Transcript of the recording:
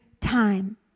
time